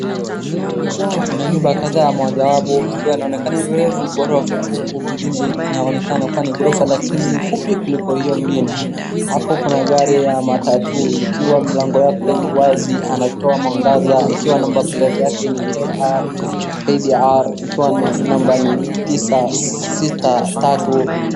Kuna nyumba kadhaa mmoja ambapo ikiwa inaonekana refu gorofa huku ingine inaonekana ni gorofa lakni ni fupi kuliko hiyo ingine. Hapo kuna gari ya matatu ikiwa mlango wake iwazi ikitoa mwangaza number plate yake KDR ikiwa number ni 963.